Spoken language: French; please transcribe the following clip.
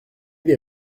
des